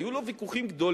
היו לו ויכוחים גדולים